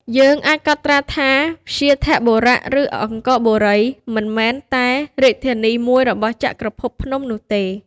យើងអាចកត់ត្រាថា វ្យាធបុរៈ ឬ អង្គរបូរីមិនមែនតែ រាជធានីមួយរបស់ចក្រភពភ្នំទេ ។